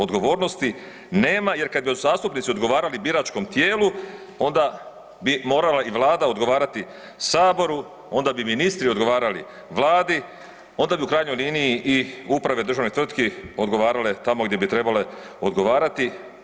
Odgovornosti nema jer kad bi zastupnici odgovarali biračkom tijelu onda bi morala i Vlada morala odgovarati saboru, onda bi ministri odgovarali Vladi, onda bi u krajnjoj liniji i uprave državnih tvrtki odgovarale tamo gdje bi trebale odgovarati.